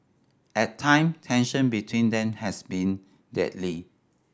at time tension between them has been deadly